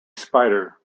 spider